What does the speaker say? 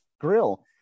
grill